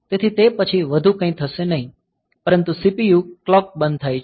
તેથી તે પછી વધુ કંઈ થશે નહીં પરંતુ CPU ક્લોક બંધ થાય છે